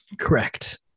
Correct